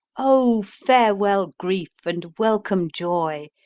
o farewell griefe, and welcome joye,